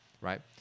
right